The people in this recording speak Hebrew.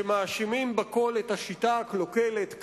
שמאשימים בכול את השיטה הקלוקלת.